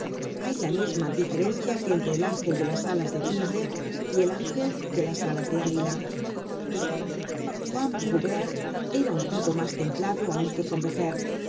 hay la misma diferencia que entre el ángel de alas de cisne y el ángel de alas de águila juan prouvaire era un tipo mas templado aun que